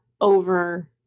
over